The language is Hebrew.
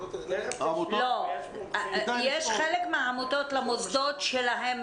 יש חלק מהעמותות שלמוסדות שלהן